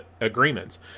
agreements